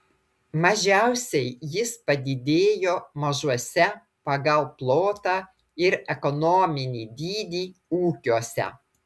mažiausiai jis padidėjo mažuose pagal plotą ir ekonominį dydį ūkiuose